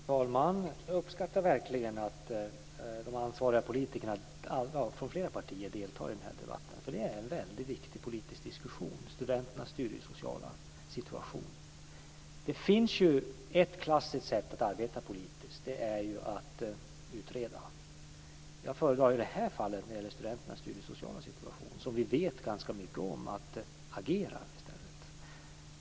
Fru talman! Jag uppskattar verkligen att de ansvariga politikerna från flera partier deltar i den här debatten. Det är en väldigt viktig politisk diskussion om studenternas studiesociala situation. Det finns ett klassiskt sätt att arbeta politiskt, och det är att utreda. Jag föredrar när det gäller studenternas studiesociala situation, som vi vet ganska mycket om, att i stället agera.